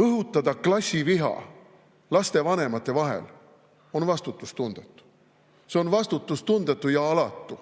õhutada klassiviha lastevanemate vahel on vastutustundetu. See on vastutustundetu ja alatu.